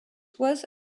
was